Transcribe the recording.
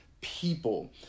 people